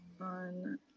on